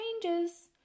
changes